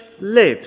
lives